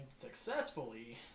successfully